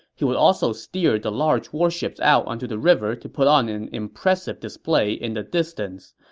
he would also steer the large warships out onto the river to put on an impressive display in the distance,